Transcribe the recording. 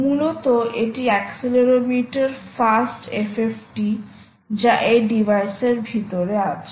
মূলত এটি অ্যাক্সিলরোমিটারটির ফাস্ট FFT যা এই ডিভাইসের ভিতরে আছে